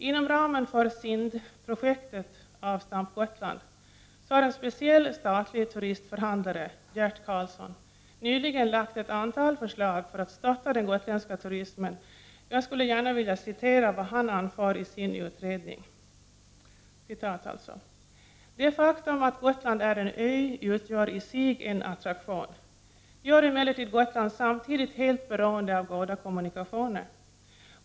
Inom ramen för SIND-projektet Avstamp Gotland har en speciell statlig turistförhandlare, Gert Karlsson, nyli gen framlagt ett antal förslag för att stötta den gotländska turismen, och jag skulle gärna vilja citera vad han anför i sin utredning: ”Det faktum att Gotland är en ö utgör i sig en attraktion. Det gör emellertid Gotland samtidigt helt beroende av goda kommunikationer.